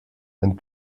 and